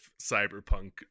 Cyberpunk